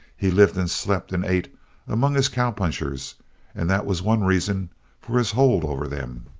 he lived and slept and ate among his cowpunchers and that was one reason for his hold over them.